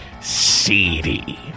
Seedy